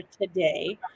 today